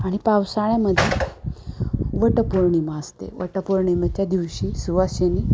आणि पावसाळ्यामध्ये वटपौर्णिमा असते वटपौर्णिमाच्या दिवशी सुवासिनी